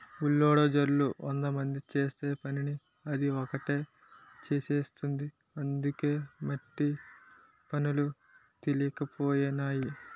బుల్డోజర్లు వందమంది చేసే పనిని అది ఒకటే చేసేస్తుంది అందుకే మట్టి పనులు తెలికైపోనాయి